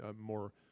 more